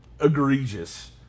egregious